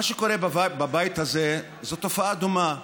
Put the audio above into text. מה שקורה בבית הזה זה תופעה דומה.